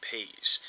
Pays